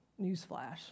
Newsflash